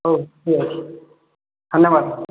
ହଉ ଠିକ୍ ଅଛି ଧନ୍ୟବାଦ